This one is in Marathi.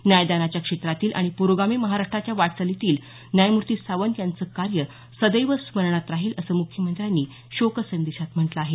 न्यायदानाच्या क्षेत्रातील आणि प्रोगामी महाराष्ट्राच्या वाटचालीतील न्यायमूर्ती सावंत यांचं कार्य सदैव स्मरणात राहील असं मुख्यमंत्र्यांनी शोकसंदेशात म्हटलं आहे